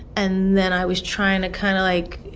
and then i was trying to kind of, like,